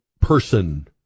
person